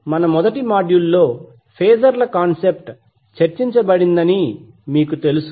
అలాగే మన మొదటి మాడ్యూల్ లో ఫేజర్ల కాన్సెప్ట్ చర్చించబడిందని మీకు తెలుసు